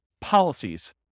policies